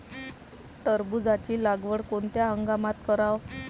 टरबूजाची लागवड कोनत्या हंगामात कराव?